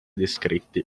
descritti